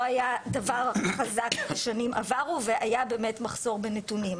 היה דבר חזק בשנים עברו והיה באמת מחסור בנתונים.